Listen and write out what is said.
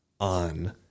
on